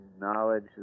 knowledge